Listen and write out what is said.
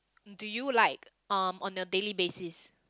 do you like um on a daily basis